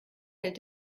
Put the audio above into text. hält